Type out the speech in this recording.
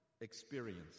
experience